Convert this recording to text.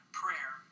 prayer